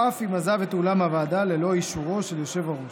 או אף אם עזב את אולם הועדה ללא אישורו של יושב-הראש.